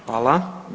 Hvala.